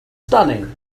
stunning